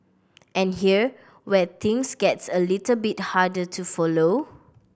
and here where things gets a little bit harder to follow